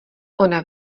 ona